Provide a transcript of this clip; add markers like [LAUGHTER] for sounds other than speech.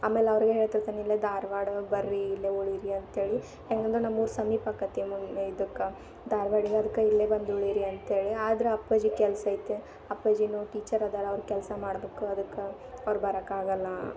ಆಮೇಲೆ ಅವ್ರಿಗೆ ಹೇಳ್ತಿರ್ತೇನೆ ಇಲ್ಲೇ ಧಾರವಾಡ ಬನ್ರಿ ಇಲ್ಲೇ ಉಳಿಯಿರಿ ಅಂತ್ಹೇಳಿ ಹೆಂಗಂದ್ರೆ ನಮ್ಮ ಊರು ಸಮೀಪ ಆಕ್ಕತಿ [UNINTELLIGIBLE] ಇದಕ್ಕೆ ಧಾರ್ವಾಡ್ಗೆ ಅದ್ಕೆ ಇಲ್ಲೇ ಬಂದು ಉಳಿಯಿರಿ ಅಂತ್ಹೇಳಿ ಆದ್ರೆ ಅಪ್ಪಾಜಿ ಕೆಲ್ಸ ಐತೆ ಅಪ್ಪಾಜಿಯೂ ಟೀಚರ್ ಅದಾರ ಅವ್ರು ಕೆಲಸ ಮಾಡ್ಬೇಕ್ ಅದಕ್ಕೆ ಅವ್ರು ಬರಕ್ಕಾಗಲ್ಲ